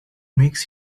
makes